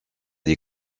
des